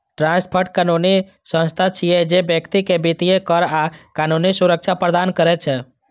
trust fund कानूनी संस्था छियै, जे व्यक्ति कें वित्तीय, कर आ कानूनी सुरक्षा प्रदान करै छै